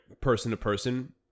person-to-person